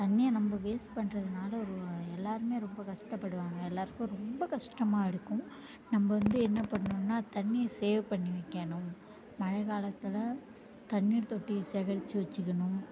தண்ணியை நம்ம வேஸ்ட் பண்ணுறதுனால ஒரு எல்லாேருமே ரொம்ப கஷ்டப்படுவாங்க எல்லாேருக்கும் ரொம்ப கஷ்டமாக இருக்கும் நம்ம வந்து என்ன பண்ணணுன்னால் தண்ணியை சேவ் பண்ணி வைக்கணும் மழை காலத்தில் தண்ணீர் தொட்டி சேகரித்து வச்சுக்கணும்